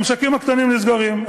המשקים הקטנים נסגרים.